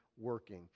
working